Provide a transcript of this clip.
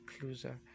closer